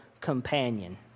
companion